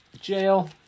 jail